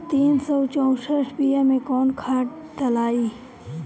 तीन सउ चउसठ बिया मे कौन खाद दलाई?